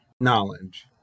knowledge